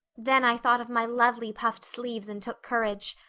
then i thought of my lovely puffed sleeves and took courage.